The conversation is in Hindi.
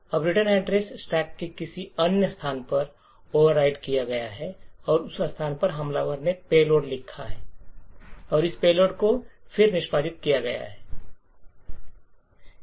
अब रिटर्न एड्रेस स्टैक के किसी अन्य स्थान पर ओवरराइट किया गया है और उस स्थान पर हमलावर ने पेलोड लिखा है और इसपेलोड को फिर निष्पादित किया जाएगा